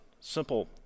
simple